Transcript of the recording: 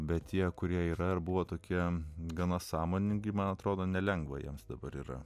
bet tie kurie yra ar buvo tokia gana sąmoningi man atrodo nelengva jiems dabar yra